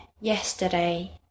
yesterday